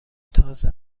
تازه